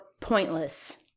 pointless